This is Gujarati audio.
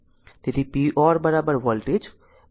તેથી p or વોલ્ટેજ કરંટ